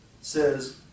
says